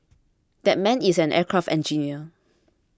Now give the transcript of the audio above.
that man is an aircraft engineer